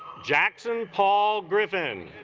jackson paul griffin